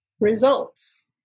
results